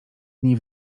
dni